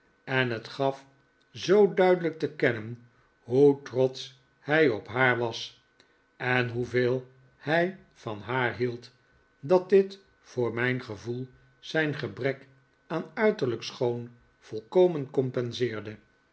en het gaf zoo duidelijk te kennen hoe trotsch hij op haar was en hoeveel hij van haar hield dat dit voor mijn gevoel zijn gebrek aan uiterlijk schoon volkomen